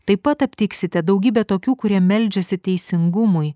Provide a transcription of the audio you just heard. taip pat aptiksite daugybę tokių kurie meldžiasi teisingumui